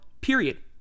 Period